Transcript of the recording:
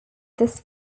this